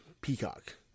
Peacock